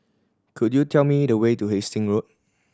could you tell me the way to Hasting Road